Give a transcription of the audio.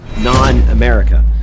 non-America